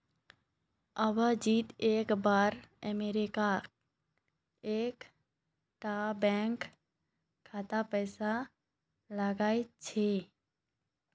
अभिजीत एक बार अमरीका एक टा बैंक कोत पैसा लगाइल छे